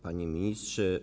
Panie Ministrze!